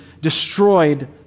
destroyed